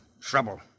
Trouble